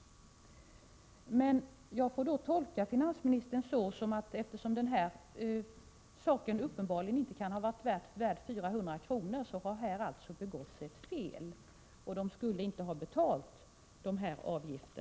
Jag får då tolka finansministerns svar så, att det här, eftersom den ifrågavarande presenten uppenbarligen inte kan ha varit värd 400 kr., alltså har begåtts ett fel. Man skulle inte ha betalat dessa avgifter.